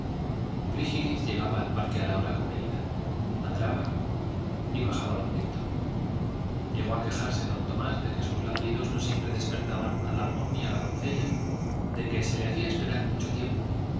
frígilis llegaba al parque a la hora convenida ladraba y bajaba don víctor llegó a quejarse don tomás de que sus ladridos no siempre despertaban al amo ni a la doncella de que se le hacía esperar mucho tiempo